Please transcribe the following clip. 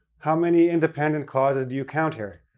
how many independent clauses do you count, here?